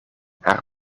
haar